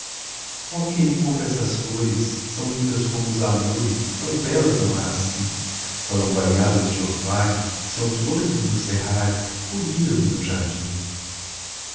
oh quem me compra estas flores são lindas como os amores tão belas não há assim foram banhadas de orvalho são flores do meu serralho colhi as no meu jardim